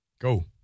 go